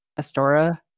Astora